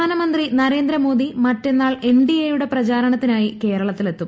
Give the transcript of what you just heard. പ്രധാനമന്ത്രി നരേന്ദ്ര മോദി മറ്റന്നാൾ എൻഡിഎയുടെ പ്രചാരണത്തിനായി കേരളത്തിലെത്തും